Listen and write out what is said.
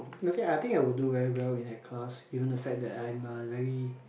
I think I think I will do very well in the class given the fact that I am a very